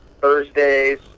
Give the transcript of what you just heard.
Thursdays